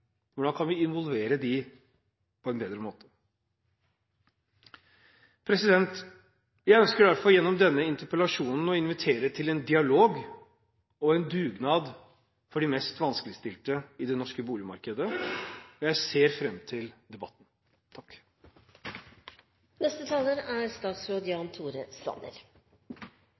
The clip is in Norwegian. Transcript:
Hvordan kan vi involvere dem på en bedre måte? Jeg ønsker gjennom denne interpellasjonen å invitere til en dialog og en dugnad for de mest vanskeligstilte i det norske boligmarkedet. Jeg ser fram til debatten.